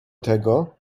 tego